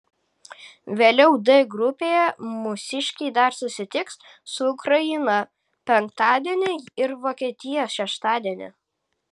vėliau d grupėje mūsiškiai dar susitiks su ukraina penktadienį ir vokietija šeštadienį